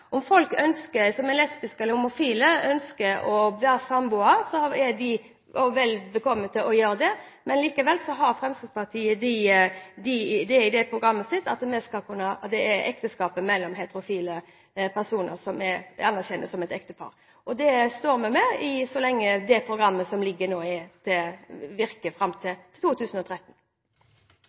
Om folk som er lesbiske eller homofile, ønsker å være samboere, er de velkomne til å være det. Allikevel har Fremskrittspartiet i programmet sitt at det er ekteskapet mellom heterofile personer som vi anerkjenner som et ekteskap. Det står vi på så lenge det programmet som ligger nå, virker – fram til 2013.